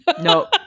No